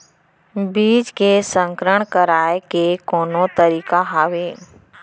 बीज के संकर कराय के कोनो तरीका हावय?